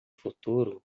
futuro